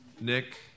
Nick